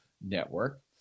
network